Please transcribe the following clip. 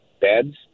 beds